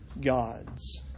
gods